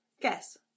guess